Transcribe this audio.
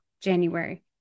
January